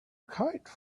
kite